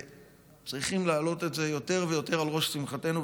אנו צריכים להעלות את זה יותר ויותר על ראש שמחתנו.